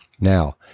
Now